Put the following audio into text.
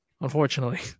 unfortunately